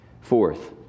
fourth